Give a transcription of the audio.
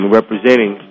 representing